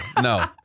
no